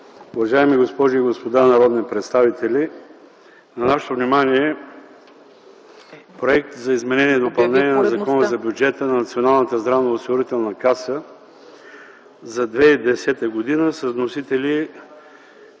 Уважаеми госпожи и господа народни представители, на нашето внимание е Законопроект за изменение на Закона за бюджета на Националната здравноосигурителна каса за 2010 г. с вносители